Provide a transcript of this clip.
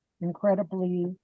incredibly